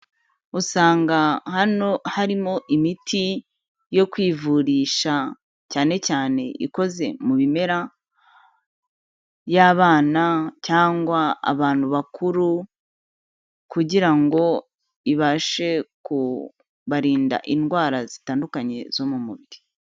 Usanga hano harimo imiti yo kwivurisha, cyane cyane ikoze mu bimera y'abana cyangwa abantu bakuru, kugira ngo ibashe kubarinda indwara zitandukanye zo mu mubiri.